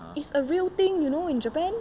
it's a real thing you know in japan